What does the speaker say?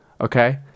okay